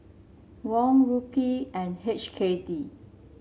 Won Rupee and H K D